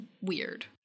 weird